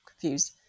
confused